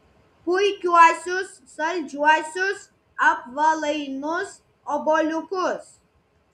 puikiuosius saldžiuosius apvalainus obuoliukus